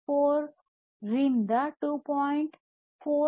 4 ರಿಂದ 2